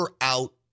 out